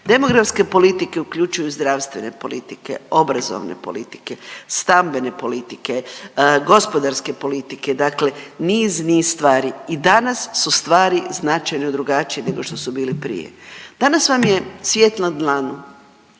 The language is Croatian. Demografske politike uključuju zdravstvene politike, obrazovne politike, stambene politike, gospodarske politike, dakle niz, niz stvari i danas su stvari značajno drugačije nego što su bili prije. Danas vam je svijet na dlanu.